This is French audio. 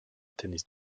tennis